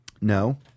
No